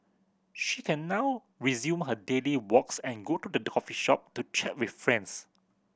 she can now resume her daily walks and go to the coffee shop to chat with friends